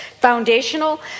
foundational